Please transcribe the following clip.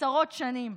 עשרות שנים,